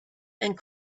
and